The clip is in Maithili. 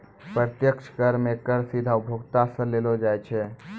प्रत्यक्ष कर मे कर सीधा उपभोक्ता सं लेलो जाय छै